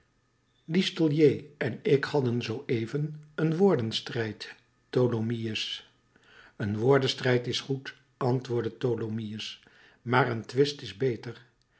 listolier en ik hadden zooeven een woordenstrijd tholomyès een woordenstrijd is goed antwoordde tholomyès maar een twist is beter